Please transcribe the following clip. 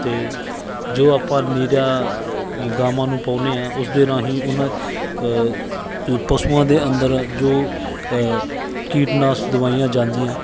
ਅਤੇ ਜੋ ਆਪਾਂ ਨਿਰਾ ਗਾਵਾਂ ਨੂੰ ਪਾਉਂਦੇ ਹਾਂ ਉਸ ਦੇ ਰਾਹੀਂ ਉਹਨਾਂ ਪਸ਼ੂਆਂ ਦੇ ਅੰਦਰ ਜੋ ਕੀਟਨਾਸ਼ਕ ਦਵਾਈਆਂ ਜਾਂਦੀਆਂ